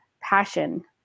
passion